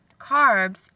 carbs